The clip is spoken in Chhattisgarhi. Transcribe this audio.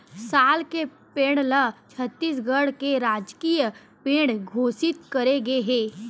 साल के पेड़ ल छत्तीसगढ़ के राजकीय पेड़ घोसित करे गे हे